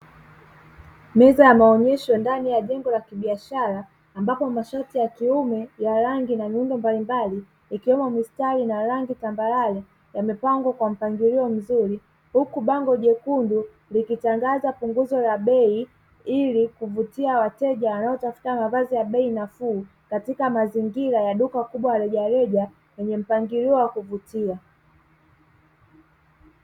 Meza ya maonyesho ndani ya jengo la kibiashara ambapo mashati ya kiume ya rangi na miundo mbalimbali iiwemo mistari na rangi tambarare. Huku bango jekundu likitangaza punguzo la bei ili kuvutia wateja wanaotafuta mavazi ya bei nafuu, katika mazingira ya duka kubwa la rejareja lenye mpangilio wa kuvutia